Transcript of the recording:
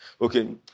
Okay